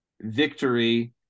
victory